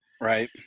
right